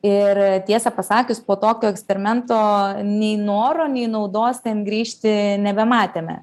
ir tiesą pasakius po tokio eksperimento nei noro nei naudos ten grįžti nebematėme